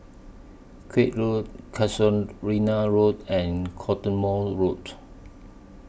Koek Road Casuarina Road and Cottesmore Road